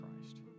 Christ